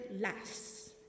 last